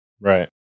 Right